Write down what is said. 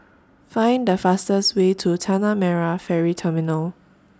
Find The fastest Way to Tanah Merah Ferry Terminal